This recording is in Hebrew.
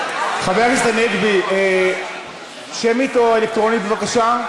חבר הכנסת הנגבי, שמית או אלקטרונית, בבקשה?